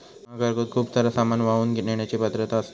महाकार्गोत खूप सारा सामान वाहून नेण्याची पात्रता असता